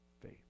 faith